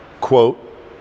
quote